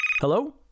Hello